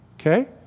Okay